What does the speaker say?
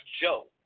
Joe